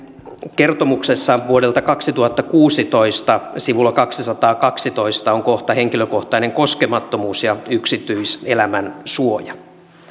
kertomuksessa vuodelta kaksituhattakuusitoista sivulla kaksisataakaksitoista on kohta henkilökohtainen koskemattomuus ja yksityiselämän suoja